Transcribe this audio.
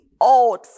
old